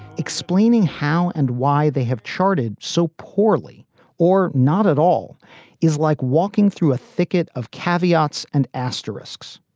explaining how and why they have charted so poorly or not at all is like walking through a thicket of caveats and asterisks.